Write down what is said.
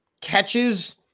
catches